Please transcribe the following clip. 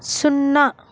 సున్నా